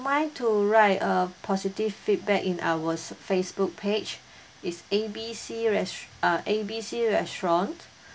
mind to write a positive feedback in our ser~ facebook page it's A B C res~ uh A B C restaurant